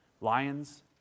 Lions